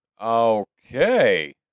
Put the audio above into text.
Okay